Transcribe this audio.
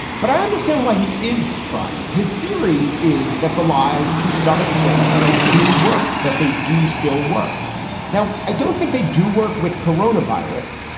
but i understand why he is trying. his theory is that the lies to some extent. do work that they do still work now. i don't think they do work with coronavirus,